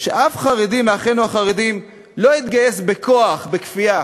שאף חרדי מחברינו החרדים לא יגויס בכוח, בכפייה.